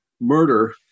murder